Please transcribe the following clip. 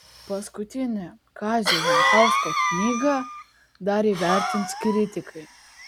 paskutinę kazio jankausko knygą dar įvertins kritikai